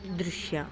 ದೃಶ್ಯ